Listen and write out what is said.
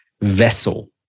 vessel